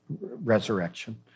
resurrection